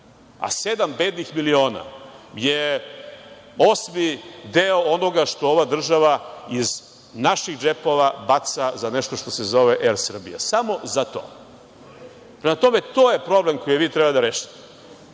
a 7 bednih miliona je osmi deo onoga što ova država iz naših džepova baca za nešto što se zove „Er Srbija“. Prema tome, to je problem koji vi treba da rešite